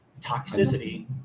toxicity